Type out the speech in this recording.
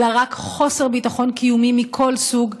אלא רק חוסר ביטחון קיומי מכל סוג,